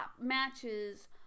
matches